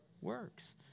works